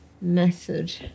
Method